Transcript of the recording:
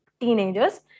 teenagers